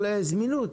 זמינות.